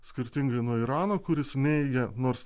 skirtingai nuo irano kuris neigia nors